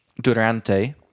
durante